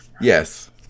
Yes